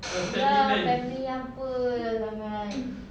ya family apalah sangat